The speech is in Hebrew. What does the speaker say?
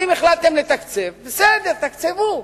אם החלטתם לתקצב, בסדר, תתקצבו.